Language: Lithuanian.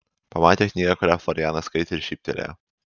pamatė knygą kurią florianas skaitė ir šyptelėjo